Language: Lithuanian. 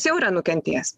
jis jau yra nukentėjęs